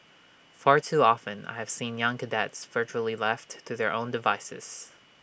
far too often I have seen young cadets virtually left to their own devices